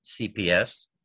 CPS